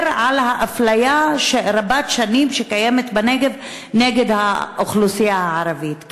על האפליה רבת-השנים שקיימת בנגב נגד האוכלוסייה הערבית.